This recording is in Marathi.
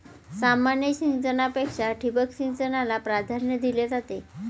सामान्य सिंचनापेक्षा ठिबक सिंचनाला प्राधान्य दिले जाते